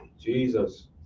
Jesus